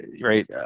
right